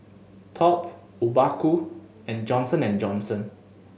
Top Obaku and Johnson and Johnson